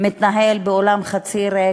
מתנהל באולם חצי ריק,